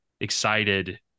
excited